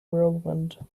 whirlwind